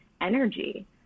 energy